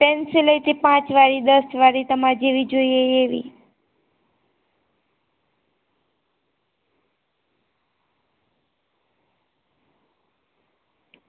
પેન્સિલેય તે પાંચવાળી દસવાળી તમારે જેવી જોઈએ એવી